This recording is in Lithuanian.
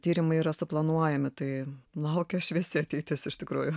tyrimai yra suplanuojami tai laukia šviesi ateitis iš tikrųjų